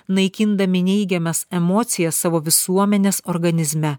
naikindami neigiamas emocijas savo visuomenės organizme